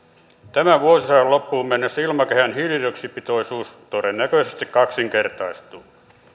tämän vuosisadan loppuun mennessä ilmakehän hiilidioksidipitoisuus todennäköisesti kaksinkertaistuu